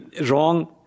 wrong